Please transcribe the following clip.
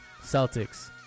Celtics